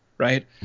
Right